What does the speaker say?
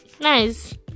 Nice